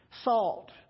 Salt